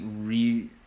re